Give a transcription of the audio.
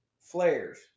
flares